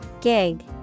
Gig